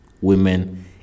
women